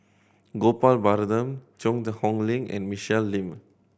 Gopal Baratham Cheang Hong Lim and Michelle Lim